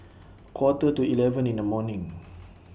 A Quarter to eleven in The morning